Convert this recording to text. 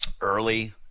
early